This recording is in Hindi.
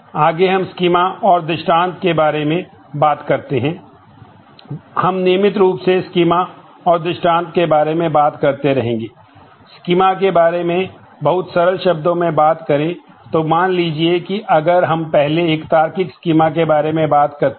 आगे हम स्कीमा और दृष्टान्त के बारे में बात करते हैं